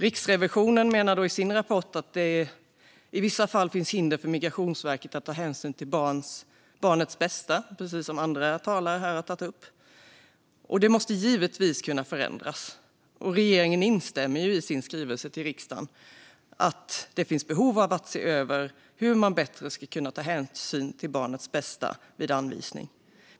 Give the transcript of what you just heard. Riksrevisionen menar i sin rapport att det i vissa fall finns hinder för Migrationsverket att ta hänsyn till barnets bästa, som andra talare tagit upp här. Det måste givetvis kunna förändras. Regeringen instämmer i sin skrivelse till riksdagen i att det finns behov av att se över hur man bättre ska kunna ta hänsyn till barnets bästa vid anvisning.